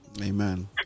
Amen